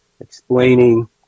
explaining